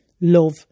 love